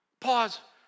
Pause